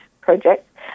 project